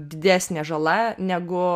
didesnė žala negu